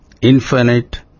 infinite